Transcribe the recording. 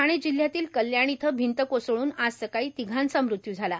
ठाणे जिल्ह्यातील कल्याण इथं भिंत कोसळून आज सकाळी तिघांचा मृत्यू झाला